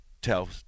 tell